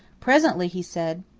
presently he said,